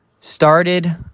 started